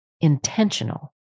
intentional